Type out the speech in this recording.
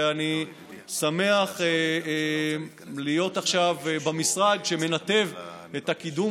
ואני שמח להיות עכשיו במשרד שמנתב את הקידום